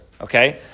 Okay